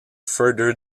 further